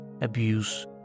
abuse